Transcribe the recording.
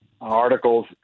articles